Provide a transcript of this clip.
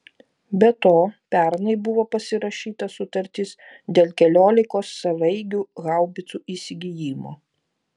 be to pernai buvo pasirašyta sutartis dėl keliolikos savaeigių haubicų įsigijimo